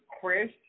Chris